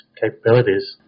capabilities